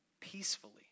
peacefully